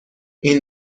این